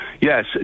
yes